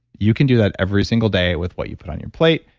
you can do that every single day with what you put on your plate,